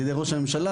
על ידי ראש הממשלה,